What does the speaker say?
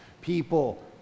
people